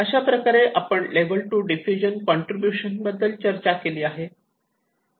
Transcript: अशाप्रकारे आपण 2 level diffusion contribution बद्दल चर्चा केली आहे